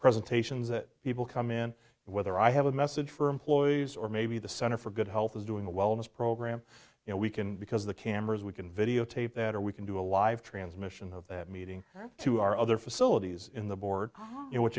presentations that people come in whether i have a message for employees or maybe the center for good health is doing a wellness program you know we can because the cameras we can videotape that or we can do a live transmission of that meeting to our other facilities in the board y